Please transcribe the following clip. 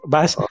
Bas